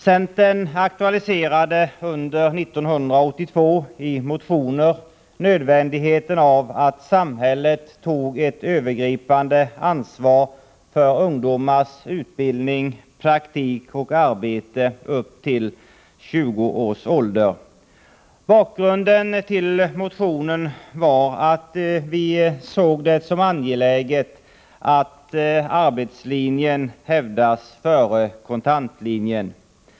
Centern pekade under 1982 i motioner på nödvändigheten av att samhället har ett övergripande ansvar för ungdomars utbildning, praktik och arbete upp till 20 års ålder. Bakgrunden till motionen var att vi såg det som angeläget att arbetslinjen hävdas före kontantlinjen.